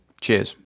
Cheers